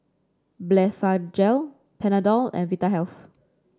Blephagel Panadol and Vitahealth